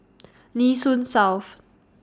Nee Soon South